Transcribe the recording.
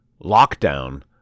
lockdown